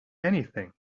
anything